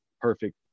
perfect